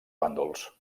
bàndols